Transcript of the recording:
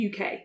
UK